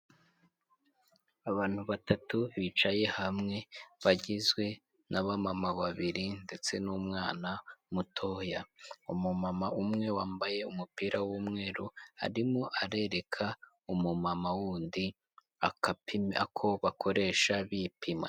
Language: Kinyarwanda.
Abantu batatu bicaye hamwe bagizwe n'abamama babiri ndetse n'umwana mutoya, umumama umwe wambaye umupira w'umweru arimo arereka umumama wundi ako bakoresha bipima.